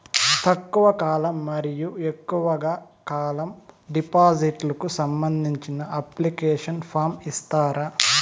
తక్కువ కాలం మరియు ఎక్కువగా కాలం డిపాజిట్లు కు సంబంధించిన అప్లికేషన్ ఫార్మ్ ఇస్తారా?